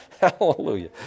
Hallelujah